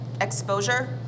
exposure